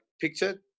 picture